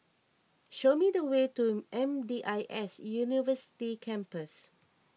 show me the way to M D I S University Campus